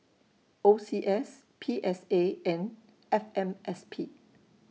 O C S P S A and F M S P